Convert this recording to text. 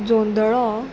जोंदळो